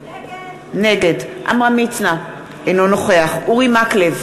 נגד עמרם מצנע, אינו נוכח אורי מקלב,